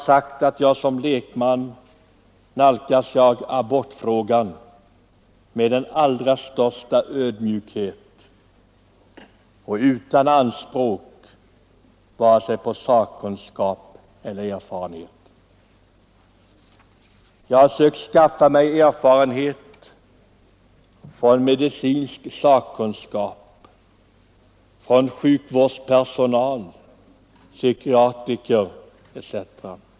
Såsom lekman nalkas jag abortfrågan med största ödmjukhet och utan anspråk på sakkunskap och erfarenhet. Jag har sökt skaffa mig erfarenhet från medicinsk sakkunskap, sjukvårdspersonal, psykiatriker etc.